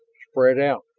spread out,